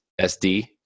SD